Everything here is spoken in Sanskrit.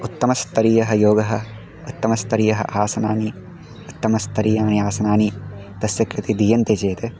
उत्तमस्तरीयः योगः उत्तमस्तरीयानि आसनानि उत्तमस्तरीयानि आसनानि तस्य कृते दीयन्ते चेत्